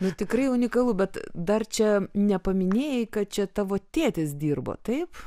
nu tikrai unikalu bet dar čia nepaminėjai kad čia tavo tėtis dirbo taip